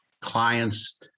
clients